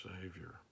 savior